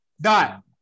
dot